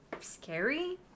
scary